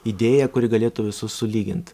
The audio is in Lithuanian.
idėja kuri galėtų visus sulygint